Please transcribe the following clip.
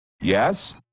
Yes